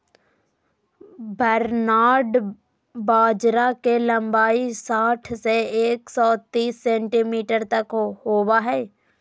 barnyard बाजरा के लंबाई साठ से एक सो तिस सेंटीमीटर तक होबा हइ